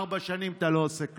ארבע שנים אתה לא עושה כלום.